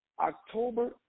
October